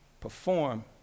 perform